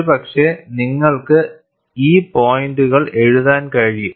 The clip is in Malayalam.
ഒരുപക്ഷേ നിങ്ങൾക്ക് ഈ പോയിന്റുകൾ എഴുതാൻ കഴിയും